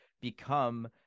become